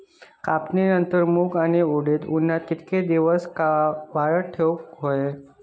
कापणीनंतर मूग व उडीद उन्हात कितके दिवस वाळवत ठेवूक व्हये?